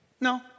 No